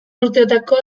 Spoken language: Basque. urteotako